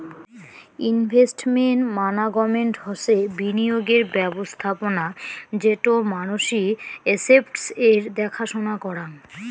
investment management হসে বিনিয়োগের ব্যবস্থাপোনা যেটো মানসি এস্সেটস এর দ্যাখা সোনা করাং